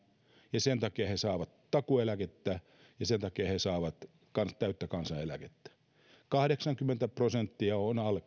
ja sen takia he saavat takuueläkettä ja sen takia he saavat täyttä kansaneläkettä kahdeksankymmentä prosenttia on alle